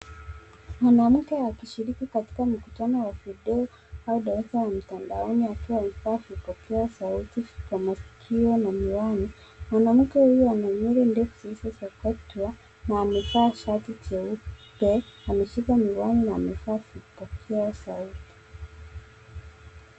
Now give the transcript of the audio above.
Mwanamke akishiriki katika mikutano wa videyo, au darasa ya mitandaoni akiwa amevaa vipokea sauti vya masikio na miwani. Mwanamke huyo, ana nyewele ndefu zilizosokotwa, na amevaa shati jeupe, ameshika miwani, na amevaa vipokea sauti.